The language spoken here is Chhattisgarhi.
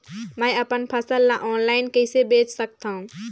मैं अपन फसल ल ऑनलाइन कइसे बेच सकथव?